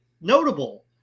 notable